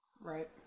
Right